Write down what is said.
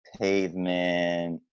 pavement